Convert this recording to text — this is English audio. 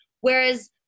Whereas